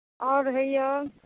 आर होइए